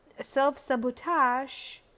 self-sabotage